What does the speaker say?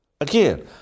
Again